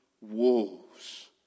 wolves